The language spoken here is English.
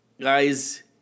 guys